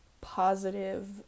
positive